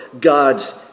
God's